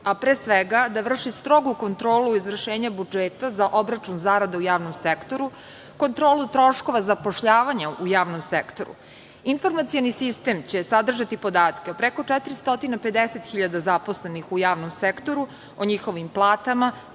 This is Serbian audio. a pre svega da vrši strogu kontrolu izvršenja budžeta za obračuna zarada u javnom sektoru, kontrolu troškova zapošljavanja u javnom sektoru. Informacioni sistem će sadržati podatke o preko 450.000 zaposlenih u javnom sektoru, o njihovim platama,